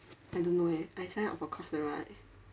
I don't know eh I sign up for coursera eh